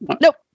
Nope